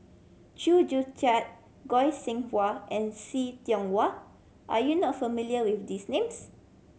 Chew Joo Chiat Goi Seng Hui and See Tiong Wah are you not familiar with these names